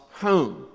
home